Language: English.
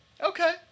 Okay